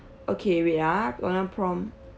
okay wait ah tom yum prawn